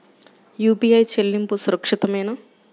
UPI చెల్లింపు సురక్షితమేనా?